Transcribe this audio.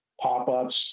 pop-ups